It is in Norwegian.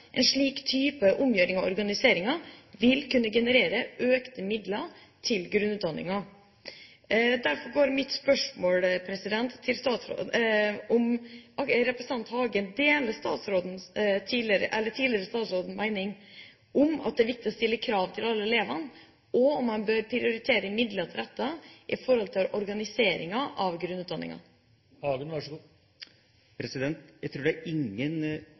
en slik type omgjøring av organiseringen vil kunne generere økte midler til grunnutdanningen. Derfor er mitt spørsmål: Deler representanten Hagen den tidligere statsrådens mening, at det er viktig å stille krav til alle elevene, og bør man prioritere midler til dette når det gjelder organiseringen av grunnutdanningen? Jeg tror ingen statsråd og heller ingen stortingspolitiker er